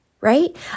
right